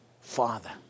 father